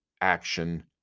action